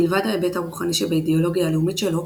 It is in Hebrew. מלבד ההיבט הרוחני שבאידאולוגיה הלאומית שלו,